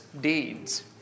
deeds